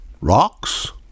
Rocks